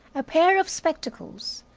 a pair of spectacles,